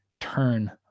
turn